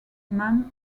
man